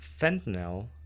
fentanyl